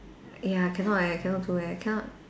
ya cannot eh cannot do eh cannot